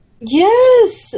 yes